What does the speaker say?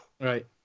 right